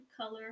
color